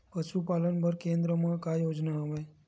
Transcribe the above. पशुपालन बर केन्द्र म का योजना हवे?